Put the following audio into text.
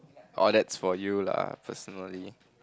orh that's for you lah personally